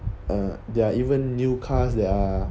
uh there are even new cars that are